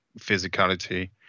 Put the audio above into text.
physicality